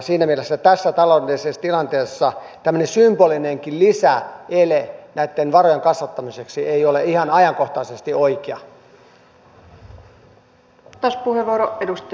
siinä mielessä tässä taloudellisessa tilanteessa tämmöinen symbolinenkin lisäele näitten varojen kasvattamiseksi ei ole ihan ajankohtaisesti oikea